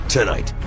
Tonight